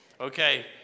Okay